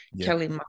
Kelly